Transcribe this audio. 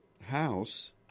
house